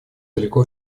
далеко